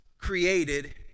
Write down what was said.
created